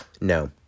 No